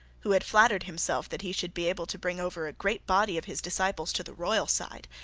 who had flattered himself that he should be able to bring over a great body of his disciples to the royal side,